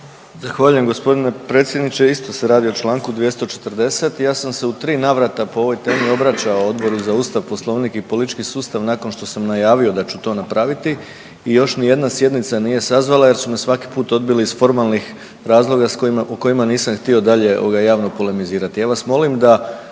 Zahvaljujem gospodine predsjedniče. Isto se radi o članku 240. ja sam se u tri navrata po ovoj temi obraćao Odboru za Ustav, Poslovnik i politički sustav nakon što sam najavio da ću to napraviti i još ni jedna sjednica nije sazvana jer su me svaki put odbili iz formalnih razloga o kojima nisam htio dalje javno polemizirati.